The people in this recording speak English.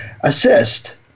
assist